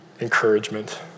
encouragement